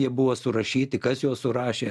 jie buvo surašyti kas juos surašė